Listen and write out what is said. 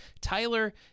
Tyler